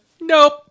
nope